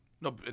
No